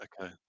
okay